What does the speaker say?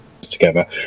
together